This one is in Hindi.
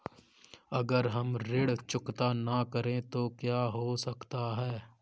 अगर हम ऋण चुकता न करें तो क्या हो सकता है?